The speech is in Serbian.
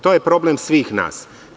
To je problem svih nas.